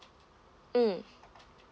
mm